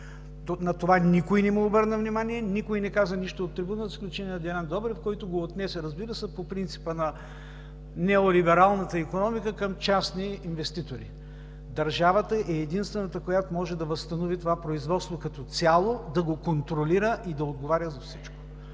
На това никой не обърна внимание, никой не каза нищо от трибуната, с изключение на Делян Добрев, който го отнесе, разбира се, по принципа на неолибералната икономика към частни инвеститори. Държавата е единствената, която може да възстанови това производство като цяло, да го контролира и да отговаря за всичко.